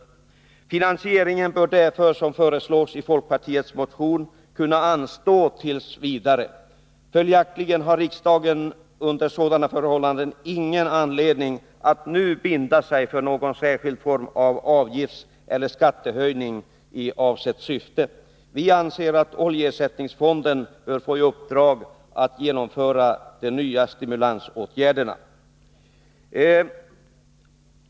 Finansieringen bör därför, som föreslås i folkpartiets motion, kunna anstå t.v. Under sådana förhållanden har riksdagen ingen anledning att nu binda sig för någon särskild form av avgift eller skattehöjning i avsett syfte. Vi anser att oljeersättningsfonden bör få i uppdrag att genomföra de nya stimulansåtgärderna.